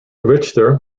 richter